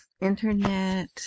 Internet